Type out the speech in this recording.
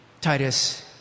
Titus